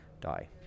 die